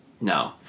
No